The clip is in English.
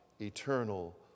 eternal